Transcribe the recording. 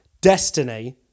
Destiny